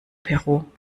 peru